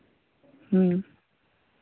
ᱦᱮᱸ